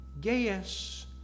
Gaius